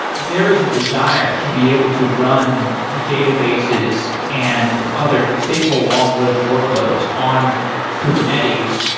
there is a desire to be able to run databases and other stateful long-lived workloads on kubernetes.